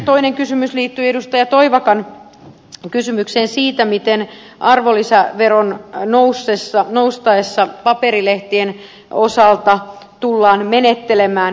toinen kysymys liittyy edustaja toivakan kysymykseen siitä miten arvonlisäveron noustessa paperilehtien osalta tullaan menettelemään